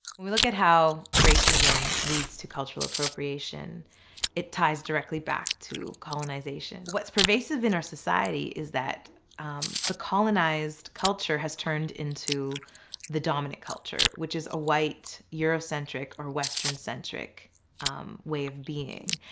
we look at how racism leads to cultural appropriation it ties directly back to colonization. what's pervasive in our society is that the colonized culture has turned into the dominant culture which is a white eurocentric or western-centric way of being.